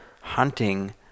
hunting